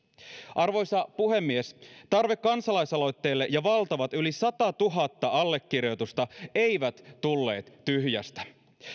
arvoisa puhemies tarve kansalaisaloitteelle ja valtavat yli satatuhatta allekirjoitusta eivät tulleet tyhjästä